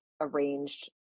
arranged